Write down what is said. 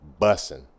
Bussin